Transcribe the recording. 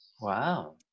wow